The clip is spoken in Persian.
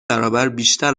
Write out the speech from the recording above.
برابربیشتر